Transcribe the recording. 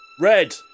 Red